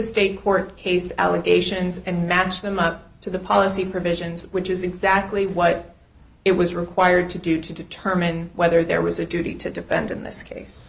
state court case allegations and match them up to the policy provisions which is exactly what it was required to do to determine whether there was a duty to defend in this case